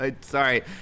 Sorry